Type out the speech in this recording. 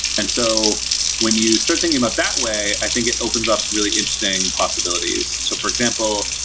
and so when you start thinking about that way, i think it opens up really interesting possibilities. so for example,